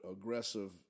aggressive